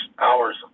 hours